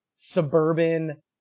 Suburban